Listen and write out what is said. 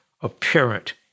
apparent